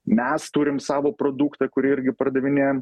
mes turim savo produktą kurį irgi pardavinėjam